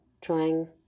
trying